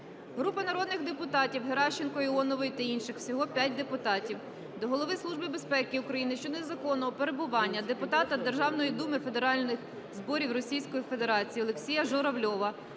Групи народних депутатів (Геращенко, Іонової та інших. Всього 5 депутатів) до Голови Служби безпеки України щодо незаконного перебування депутата Державної Думи Федеральних Зборів Російської Федерації Олексія Журавльова